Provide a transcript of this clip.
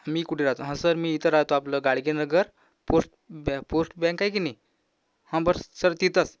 मी कुठे राहतो हां सर मी इथं राहतो आपलं गाडगे नगर पोष्ट बॅ पोष्ट बँक आहे की नाही हां बस सर तिथंच